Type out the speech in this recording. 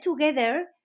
together